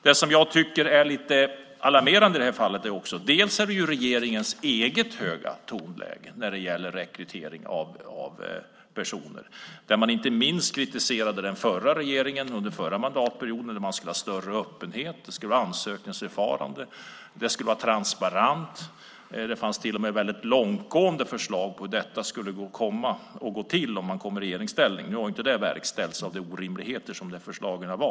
Det som jag tycker är lite alarmerande i det här fallet är bland annat regeringens eget höga tonläge när det gäller rekrytering av personer. Inte minst kritiserade man den förra regeringen under förra mandatperioden. Man skulle ha större öppenhet. Det skulle vara ansökningsförfarande. Det skulle vara transparent. Det fanns till och med väldigt långtgående förslag på hur detta skulle gå till om man kom i regeringsställning. Nu har inte det verkställts på grund av de orimligheter som de förslagen innebar.